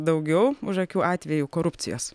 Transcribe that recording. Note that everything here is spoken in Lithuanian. daugiau už akių atvejų korupcijos